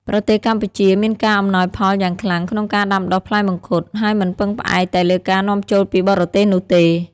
ប្រទេសកម្ពុជាមានការអំណោយផលយ៉ាងខ្លាំងក្នុងការដាំដុះផ្លែមង្ឃុត ហើយមិនពឹងផ្អែកតែលើការនាំចូលពីបរទេសនោះទេ។